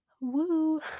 woo